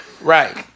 Right